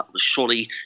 Surely